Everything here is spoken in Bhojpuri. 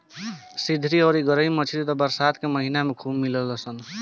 सिधरी अउरी गरई मछली त बरसात के महिना में खूब मिलेली सन